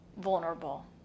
vulnerable